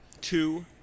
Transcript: two